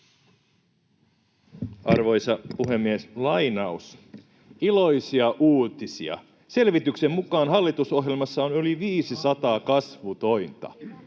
Arvoisa puhemies! ”Iloisia uutisia! Selvityksen mukaan hallitusohjelmassa on yli 500 kasvutointa.”